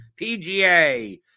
PGA